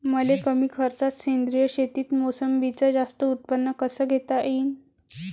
मले कमी खर्चात सेंद्रीय शेतीत मोसंबीचं जास्त उत्पन्न कस घेता येईन?